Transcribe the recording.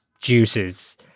juices